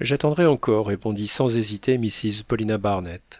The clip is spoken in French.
j'attendrais encore répondit sans hésiter mrs paulina barnett